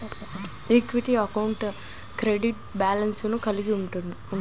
equity అకౌంట్లు credit బ్యాలెన్స్లను కలిగి ఉంటయ్యి